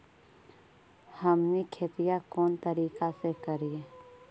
हमनी खेतीया कोन तरीका से करीय?